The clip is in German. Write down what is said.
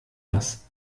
das